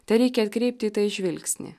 tereikia atkreipti į tai žvilgsnį